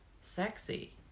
Sexy